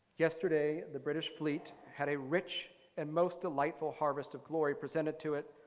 yesterday the british fleet had a rich and most delightful harvest of glory, presented to it,